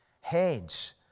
heads